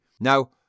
now